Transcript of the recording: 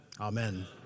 Amen